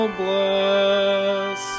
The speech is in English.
bless